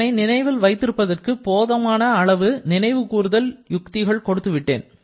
இதனை நினைவில் வைப்பதற்கு போதுமான அளவு நினைவு கூறுதல் யுக்திகள் கொடுத்துவிட்டேன்